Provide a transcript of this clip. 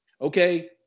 okay